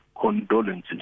condolences